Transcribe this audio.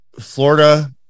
Florida